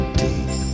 deep